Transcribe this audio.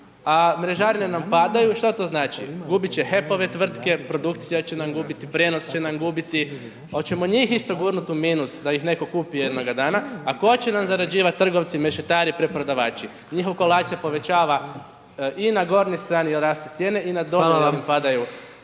a mrežarine nam padaju. Što to znači? Gubit će HEP-ove tvrtke, produkcija će nam gubiti, prijenos će nam gubiti, hoćemo njih isto gurnuti u minus da ih netko kupi jednoga dana, a tko će nam zarađivati, trgovci, mešetari, preprodavači. Njihov kolač se povećava i na gornjoj strani jer rastu cijene …/Upadica: Hvala